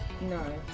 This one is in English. No